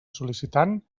sol·licitant